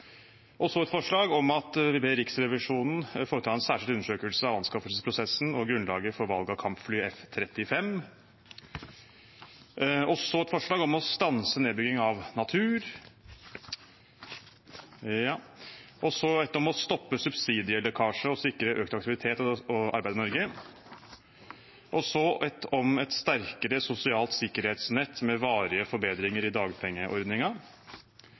et forslag om at Riksrevisjonen foretar en særskilt undersøkelse av anskaffelsesprosessen og grunnlaget for valg av kampflyet F-35. Jeg fremmer et forslag om å stanse nedbygging av natur. Jeg fremmer et forslag om å stoppe subsidielekkasje og sikre økt aktivitet og arbeid i Norge. Videre fremmer jeg et forslag om et sterkere sosialt sikkerhetsnett med varige forbedringer i